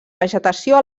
vegetació